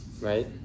right